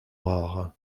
noire